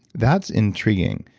that's intriguing.